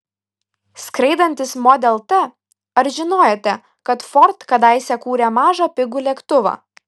skraidantis model t ar žinojote kad ford kadaise kūrė mažą pigų lėktuvą